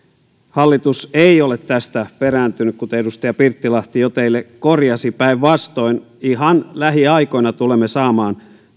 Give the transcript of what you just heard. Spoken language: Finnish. hallitus ei ole tästä perääntynyt kuten edustaja pirttilahti jo teille korjasi päinvastoin ihan lähiaikoina tulemme saamaan